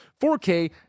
4K